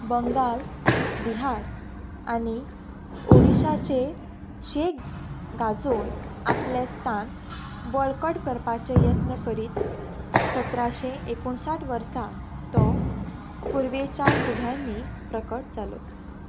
बंगाल बिहार आनी ओडिशाचेर शेक गाजोवन आपलें स्थान बळकट करपाचें यत्न करीत सतराशें एकुणसाठ वर्सा तो पुर्वेच्या सुभ्यांनी प्रकट जालो